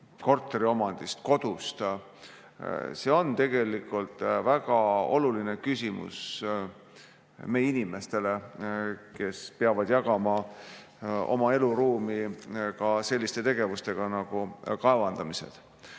korteriomandist, kodust. See on tegelikult väga oluline küsimus meie inimestele, kes peavad jagama oma eluruumi ka selliste tegevustega nagu kaevandamised. Lahendamata